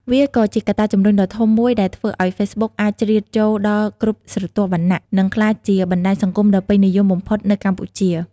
វាក៏ជាកត្តាជំរុញដ៏ធំមួយដែលធ្វើឱ្យហ្វេសប៊ុកអាចជ្រៀតចូលដល់គ្រប់ស្រទាប់វណ្ណៈ និងក្លាយជាបណ្តាញសង្គមដ៏ពេញនិយមបំផុតនៅកម្ពុជា។